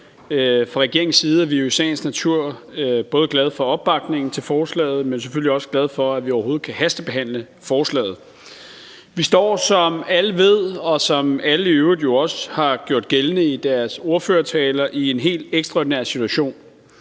Fra regeringens side er vi jo i sagens natur både glade for opbakningen til forslaget, men selvfølgelig også glade for, at vi overhovedet kan hastebehandle forslaget. Vi står, som alle ved, og som alle i øvrigt også har gjort gældende i deres ordførertaler, i en helt ekstraordinær situation.